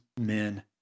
men